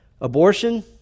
Abortion